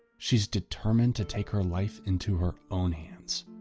she's determined to take her life into her own hands.